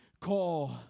call